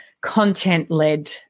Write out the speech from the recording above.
content-led